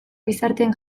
gizarteen